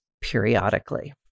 periodically